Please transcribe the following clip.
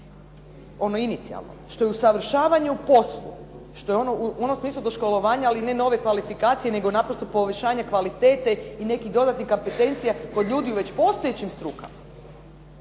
ono inicijalno što je usavršavanje u poslu, ono što je u smislu doškolovanja ne nove kvalifikacije nego naprosto poboljšanje kvalitete i nekih dodatnih kompetencija koje ljudi u već postojećim strukama,